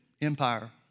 Empire